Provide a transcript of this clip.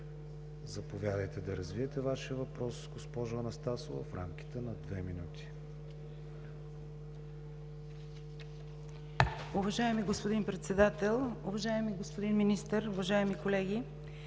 Заповядайте да развитие Вашия въпрос, госпожо Анастасова, в рамките на две минути.